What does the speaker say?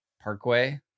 parkway